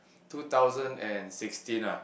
two thousand and sixteen ah